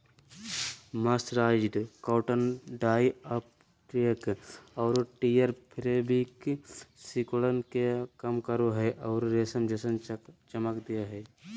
mercerised cotton dye uptake आरो tear fabric सिकुड़न के कम करो हई आरो रेशम जैसन चमक दे हई